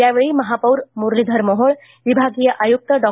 यावेळी महापौर मुरलीधर मोहोळ विभागीय आयुक्त डॉ